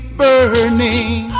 burning